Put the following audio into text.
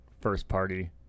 first-party